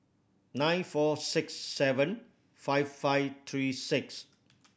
nine four six seven five five three six